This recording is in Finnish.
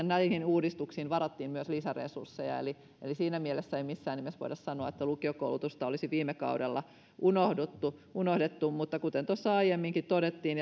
näihin uudistuksiin varattiin myös lisäresursseja eli eli siinä mielessä ei missään nimessä voida sanoa että lukiokoulutus olisi viime kaudella unohdettu unohdettu kuten tuossa aiemminkin todettiin